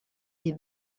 est